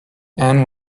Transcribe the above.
anne